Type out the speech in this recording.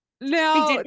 now